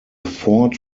ford